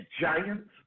Giants